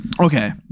Okay